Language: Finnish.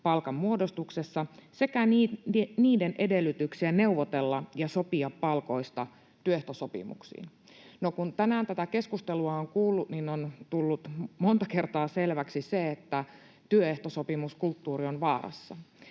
palkanmuodostuksessa sekä niiden edellytyksiä neuvotella ja sopia palkoista työehtosopimuksilla. No, kun tänään tätä keskustelua on kuullut, niin on tullut monta kertaa selväksi se, että työehtosopimuskulttuuri on vaarassa,